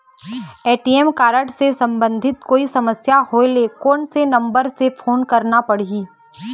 ATM card से संबंधित कोई समस्या होय ले, कोन से नंबर से फोन करना पढ़ही?